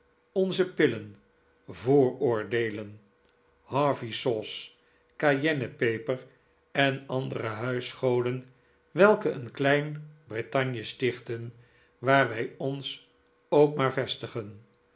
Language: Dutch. onze pillen vooroordeelen harvey sauce cayenne peper en andere huisgoden welke een klein brittanje stichten waar wij ons ook maar vestigen